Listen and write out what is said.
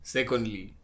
Secondly